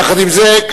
יחד עם זה,